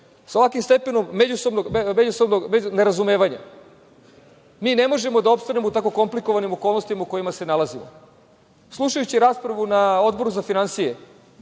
sa ovakvim stepenom međusobnog nerazumevanja, mi ne možemo da opstanemo u tko komplikovanim okolnostima u kojima se nalazimo. Slušajući raspravu na Odboru za finansije,